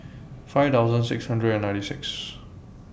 five thousand six hundred and ninety six